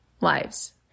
lives